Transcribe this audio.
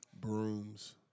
Brooms